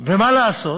ומה לעשות,